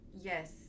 Yes